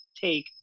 take